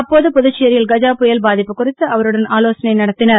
அப்போது புதுச்சேரியில் கஜா புயல் பாதிப்பு குறித்து அவருடன் ஆலோசனை நடத்தினர்